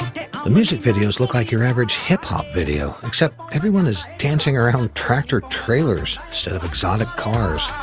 the music videos look like your average hip-hop video, except everyone is dancing around tractor trailers instead of exotic cars.